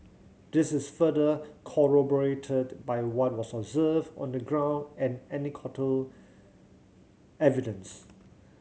this is further corroborated by what was observed on the ground and anecdotal evidence